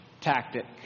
tactic